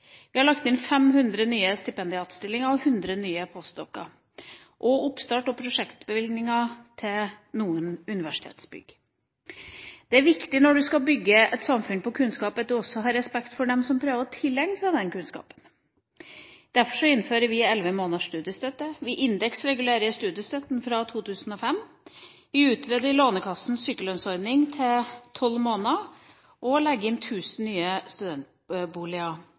Vi har lagt inn 500 nye stipendiatstillinger, 100 ny post doc.-er, og oppstarts- og prosjektbevilginger til noen universitetsbygg. Det er viktig når man skal bygge et samfunn på kunnskap, at man også har respekt for dem som prøver å tilegne seg den kunnskapen. Derfor innfører vi elleve måneders studiestøtte. Vi indeksregulerer studiestøtten, fra 2005. Vi utvider Lånekassens sykelønnsordning til tolv måneder og legger inn 1 000 nye studentboliger